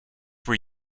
were